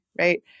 Right